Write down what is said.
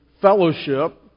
fellowship